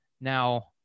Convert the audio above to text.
now